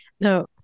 no